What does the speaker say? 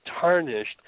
tarnished